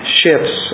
shifts